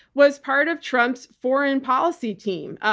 was part of trump's foreign policy team,